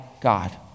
God